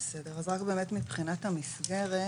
אז רק מבחינת המסגרת,